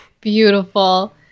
beautiful